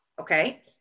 Okay